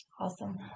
Awesome